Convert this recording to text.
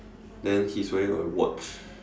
then he's wearing a watch